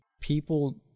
people